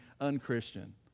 unchristian